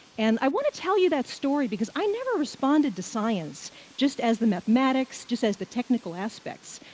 and i want to tell you that story because i never responded to science just as the mathematics, just as the technical aspects.